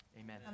Amen